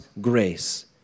grace